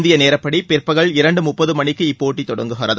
இந்திய நேரப்படி பிற்பகல் இரண்டு முப்பது மணிக்கு இப்போட்டி தொடங்குகிறது